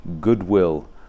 goodwill